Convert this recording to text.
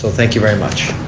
thank you very much.